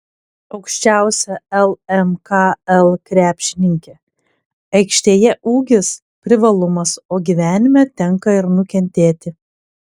aukščiausia lmkl krepšininkė aikštėje ūgis privalumas o gyvenime tenka ir nukentėti